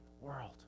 world